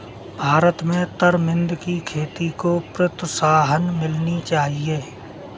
भारत में तरमिंद की खेती को प्रोत्साहन मिलनी चाहिए